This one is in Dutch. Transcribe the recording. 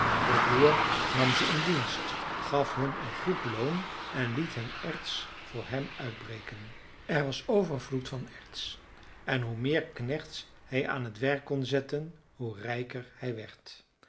de boer nam ze in dienst gaf hun een goed loon en liet hen erts voor hem uitbreken er was overvloed van erts en hoe meer knechts hij aan t werk kon zetten hoe rijker hij werd